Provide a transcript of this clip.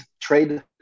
trade